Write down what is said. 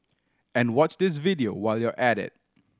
and watch this video while you're at it